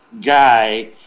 guy